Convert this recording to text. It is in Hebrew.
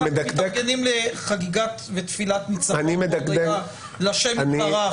אנחנו מתארגנים לחגיגת ותפילת ניצחון לשם יתברך,